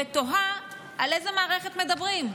ותוהה על איזה מערכת מדברים.